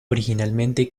originalmente